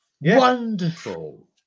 wonderful